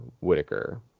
Whitaker